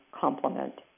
complement